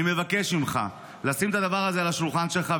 אני מבקש ממך לשים את הדבר הזה על השולחן שלך,